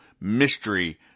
mystery